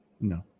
No